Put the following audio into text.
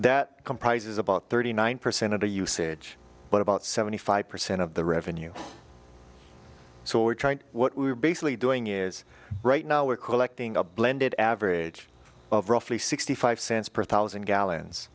that comprises about thirty nine percent of the usage but about seventy five percent of the revenue so we're trying what we're basically doing is right now we're collecting a blended average of roughly sixty five cents per thousand gallons